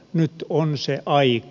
nyt on se aika